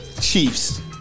Chiefs